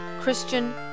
Christian